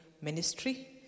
ministry